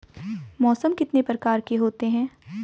मौसम कितने प्रकार के होते हैं?